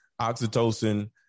oxytocin